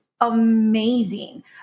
amazing